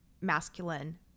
masculine